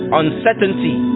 uncertainty